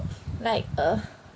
like uh